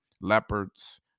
leopards